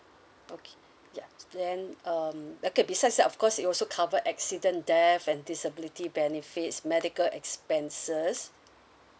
okay ya then um okay besides that of course it also cover accident death and disability benefits medical expenses